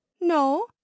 no